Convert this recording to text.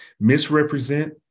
misrepresent